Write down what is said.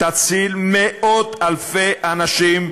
תציל מאות-אלפי אנשים,